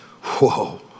Whoa